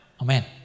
Amen